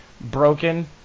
broken